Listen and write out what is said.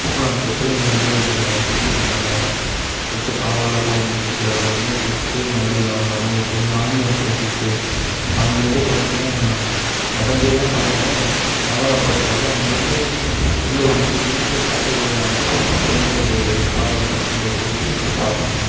பாபநாசத்துக்கு போய் எங்களை வந்து அங்கே குளிக்க சொன்னாங்கள் குளிச்சால் பாவம் எல்லாம் போகும்னு சொல்லிட்டு அது அதனால் குளிச்சிட்டு மறுபடி வ வரும்போது கீழே வந்து ஆஞ்சநேயர் கோயில் இருக்குது அங்கே இருந்து பார்த்தீங்கன்னா நடந்தேதான் போகணும் வாகனம் போகாது அங்கேருந்து உள்ள ஒரு ரெண்டு கிலோ மீட்ரு காட்டுக்குள்ளே நடந்து போகணும் கொஞ்சம் அது பாதுகாப்பாக நம்ம போய்ட்டு அங்கே பார்த்துன்னு வரணும்